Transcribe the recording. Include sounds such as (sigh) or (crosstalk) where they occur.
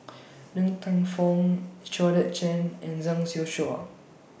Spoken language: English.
Ng Teng Fong Georgette Chen and Zhang (unintelligible) Shuo